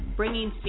bringing